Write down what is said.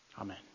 Amen